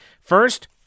First